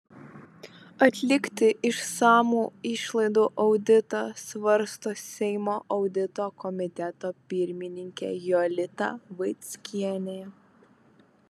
atlikti išsamų išlaidų auditą svarsto seimo audito komiteto pirmininkė jolita vaickienė